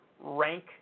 rank